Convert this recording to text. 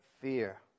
fear